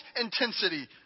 intensity